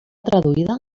traduïda